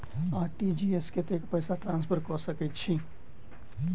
RTGS मे कतेक पैसा ट्रान्सफर कऽ सकैत छी?